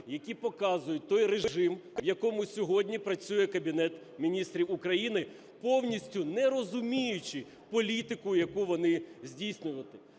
які показують той режим, в якому сьогодні працює Кабінет Міністрів України, повністю не розуміючи політику, яку вони здійснюють.